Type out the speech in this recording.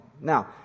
Now